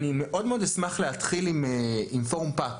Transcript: אני מאוד אשמח להתחיל עם פורום פת.